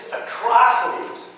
atrocities